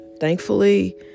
Thankfully